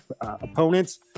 opponents